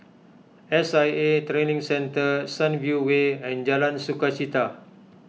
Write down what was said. S I A Training Centre Sunview Way and Jalan Sukachita